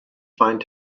find